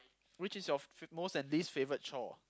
which is your f~ most and least favourite chore